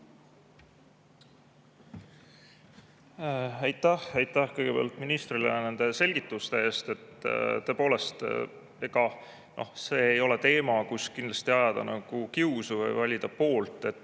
Aitäh! Aitäh kõigepealt ministrile selgituste eest! Tõepoolest, ega see ei ole teema, kus kindlasti tuleks ajada kiusu või valida poolt, et